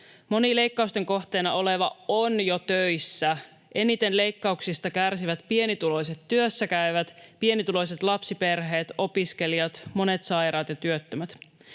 Moni leikkausten kohteena oleva on jo töissä. Eniten leikkauksista kärsivät pienituloiset työssäkäyvät, pienituloiset lapsiperheet, opiskelijat, monet sairaat ja työttömät.